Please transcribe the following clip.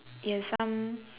it's some